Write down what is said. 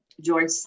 George